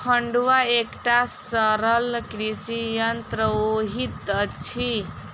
फड़ुआ एकटा सरल कृषि यंत्र होइत अछि